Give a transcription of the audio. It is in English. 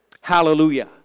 Hallelujah